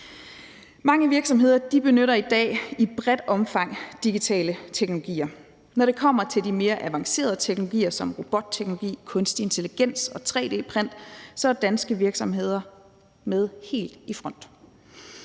Mange virksomheder benytter i dag i udbredt omfang digitale teknologier. Når det kommer til de mere avancerede teknologier som robotteknologi, kunstig intelligens og tre-d print, er danske virksomheder med helt i front.